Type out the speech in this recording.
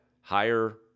higher